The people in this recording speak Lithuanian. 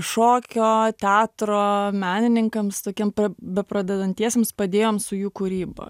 šokio teatro menininkams tokiem bepradedantiesiems padėjom su jų kūryba